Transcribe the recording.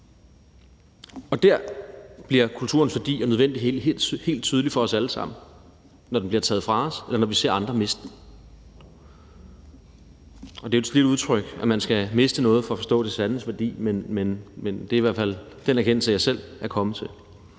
Der bliver kulturens værdi og nødvendighed helt tydelig for os alle sammen – når den bliver taget fra os, eller når vi ser andre miste den. Og det er jo et slidt udtryk, at man skal miste noget for at forstå dets sande værdi, men det er i hvert fald den erkendelse, jeg selv er kommet til.